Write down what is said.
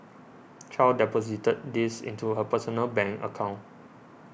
Chow deposited these into her personal bank account